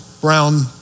brown